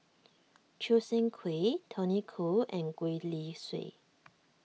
Choo Seng Quee Tony Khoo and Gwee Li Sui